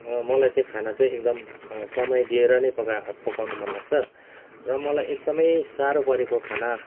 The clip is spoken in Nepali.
मलाई चाहिँ खाना चाहिँ एकदम समय दिएर नै पकाएको पकाउनु मन लाग्छ र मलाई एकदमै साह्रो परेको खाना